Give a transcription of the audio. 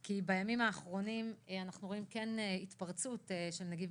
בימים האחרונים רואים התפרצות של נגיף